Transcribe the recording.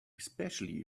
especially